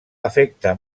afecta